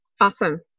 awesome